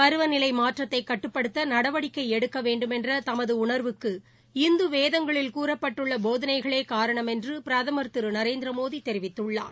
பருவநிலை மாற்றத்தை கட்டுப்படுத்த நடவடிக்கை எடுக்க வேண்டுமென்ற தமது உணா்வுக்கு இந்து வேதங்களில் கூறப்பட்டுள்ள போதனைகளே காரணம் என்று பிரதமர் திரு நரேந்திரமோடி தெரிவித்துள்ளார்